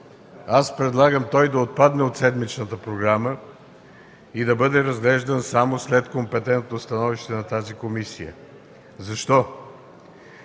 предлагам той да отпадне от седмичната програма и да бъде разглеждан само след компетентното становище на тази комисия. Защо?